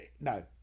No